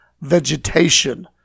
vegetation